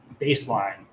baseline